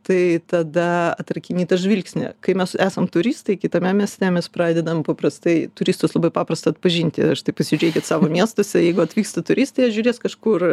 tai tada tarkim į tą žvilgsnį kai mes esam turistai kitame mieste mes pradedam paprastai turistus labai paprasta atpažinti štai pasižiūrėkit savo miestuose jeigu atvyksta turistai jie žiūrės kažkur